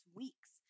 weeks